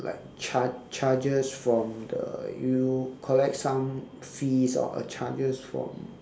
like charge charges from the you collect some fees or a charges from